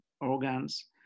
organs